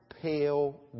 pale